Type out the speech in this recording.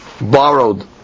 borrowed